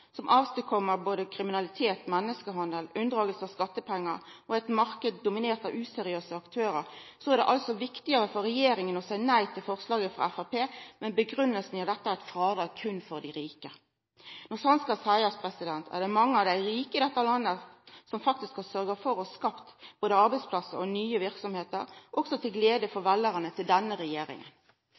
med seg både kriminalitet, menneskehandel, unndraging av skattepengar og ein marknad dominert av useriøse aktørar, er det viktigare for regjeringa å seia nei til forslaget frå Framstegspartiet, med ei grunngivinga om at dette er eit frådrag berre for dei rike. Når sant skal seiast er det mange av dei rike i dette landet som faktisk har sørgja for og skapt både arbeidsplassar og nye verksemder, også til glede for veljarane til denne regjeringa.